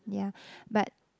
ya but